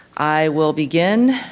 i will begin,